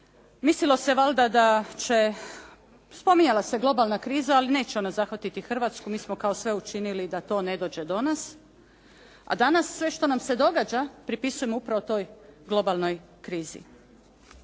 Mislio se valjda da će, spominjala se globalna kriza, ali neće ona zahvatiti Hrvatsku mi smo kao sve učinili da to ne dođe do nas, a danas sve što nam se događa, pripisujemo upravo toj globalnoj krizi.